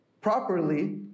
properly